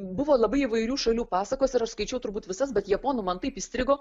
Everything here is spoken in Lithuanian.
buvo labai įvairių šalių pasakos ir skaičiau turbūt visas bet japonų man taip įstrigo